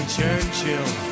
Churchill